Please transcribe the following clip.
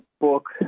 book